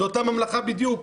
זו אותה ממלכה בדיוק.